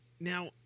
Now